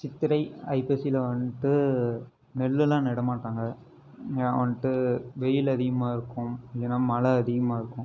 சித்திரை ஐப்பசியில் வந்துட்டு நெல்லெலாம் நட மாட்டாங்க இங்கெலாம் வந்துட்டு வெயில் அதிகமாக இருக்கும் இல்லைனா மழை அதிகமாக் இருக்கும்